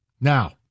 Now